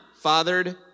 fathered